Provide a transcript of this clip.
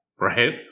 right